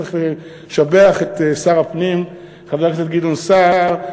צריך לשבח את שר הפנים, חבר הכנסת גדעון סער.